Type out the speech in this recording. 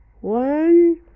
one